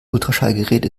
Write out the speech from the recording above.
ultraschallgerät